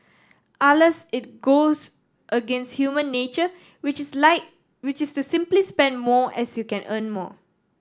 alas it goes against human nature which is which is to simply spend more as you earn more